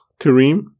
Kareem